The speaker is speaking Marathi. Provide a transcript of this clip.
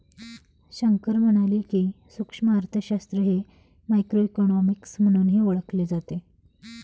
शंकर म्हणाले की, सूक्ष्म अर्थशास्त्र हे मायक्रोइकॉनॉमिक्स म्हणूनही ओळखले जाते